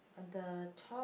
on the top